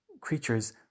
creatures